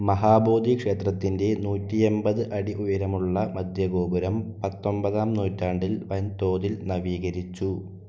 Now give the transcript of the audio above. മഹാബോധി ക്ഷേത്രത്തിൻ്റെ നൂറ്റിയൻപത് അടി ഉയരമുള്ള മധ്യഗോപുരം പത്തൊമ്പതാം നൂറ്റാണ്ടിൽ വൻതോതിൽ നവീകരിച്ചു